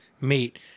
meat